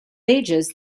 ages